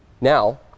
now